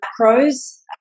macros